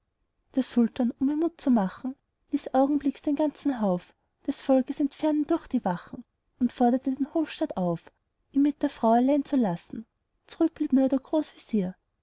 der sultan um ihr mut zu machen ließ augenblicks den ganzen hauf des volks entfernen durch die wachen und forderte den hofstaat auf ihn mit der frau allein zu lassen zurück blieb nur der